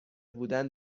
بودن